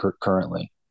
currently